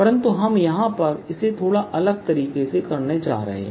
परंतु हम यहां पर इसे थोड़ा अलग तरीके से करने जा रहे हैं